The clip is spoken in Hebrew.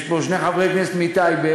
יש פה שני חברי כנסת מטייבה.